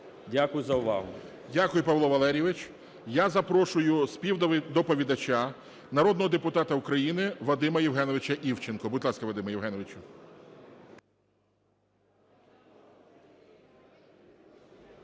Дякую за увагу. ГОЛОВУЮЧИЙ. Дякую, Павло Валерійович. Я запрошую співдоповідача народного депутата України Вадима Євгеновича Івченка. Будь ласка, Вадиме Євгеновичу.